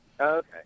Okay